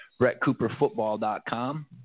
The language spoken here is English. brettcooperfootball.com